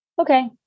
Okay